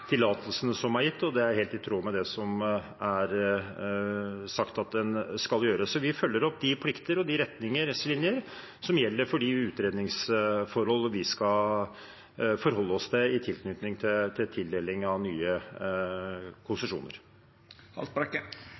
tillatelsene som er gitt, og det er helt i tråd med det som er sagt at en skal gjøre. Vi følger opp de plikter og retningslinjer som gjelder for de utredningsforhold vi skal forholde oss til, i tilknytning til tildeling av nye konsesjoner.